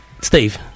steve